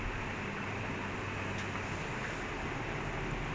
funny girls